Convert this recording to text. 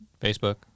Facebook